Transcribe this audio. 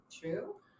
True